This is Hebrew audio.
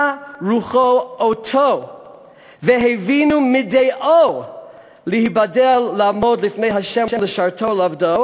רוחו אותו והבינו מדעו להיבדל לעמוד לפני ה' לשרתו ולעובדו"